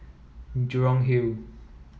Jurong Hill